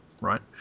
right